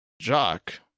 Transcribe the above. jock